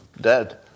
dead